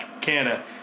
Canada